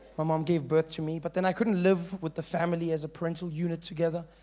my mom gave birth to me, but then i couldn't live with the family as a parental unit together.